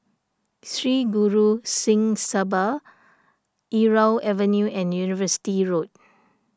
Sri Guru Singh Sabha Irau Avenue and University Road